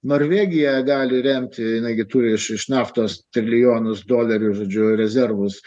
norvegija gali remti jinai gi turi iš iš naftos trilijonus dolerių žodžiu rezervus